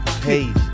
hey